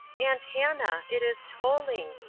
aunt hannah, it is tolling.